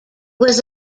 was